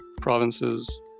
provinces